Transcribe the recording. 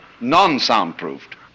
non-soundproofed